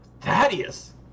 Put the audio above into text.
Thaddeus